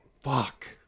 Fuck